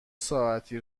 ساعتی